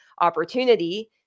opportunity